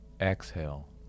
exhale